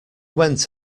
went